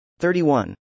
31